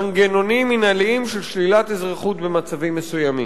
מנגנונים מינהליים של שלילת אזרחות במצבים מסוימים.